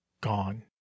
Gone